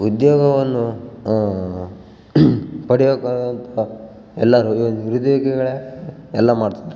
ಉದ್ಯೋಗವನ್ನು ಪಡಿಬೇಕಾದಂತಹ ಎಲ್ಲ ನಿರುದ್ಯೋಗಿಗಳೇ ಎಲ್ಲ ಮಾಡ್ತಿದಾರೆ